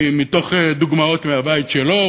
מתוך דוגמאות מהבית שלו,